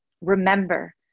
remember